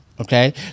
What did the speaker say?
okay